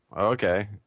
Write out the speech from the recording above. okay